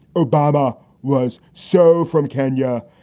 obama was so from kenya.